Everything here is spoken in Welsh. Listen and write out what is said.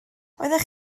oeddech